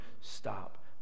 stop